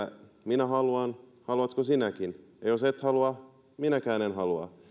minä haluan haluatko sinäkin ja jos et halua minäkään en halua